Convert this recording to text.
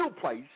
place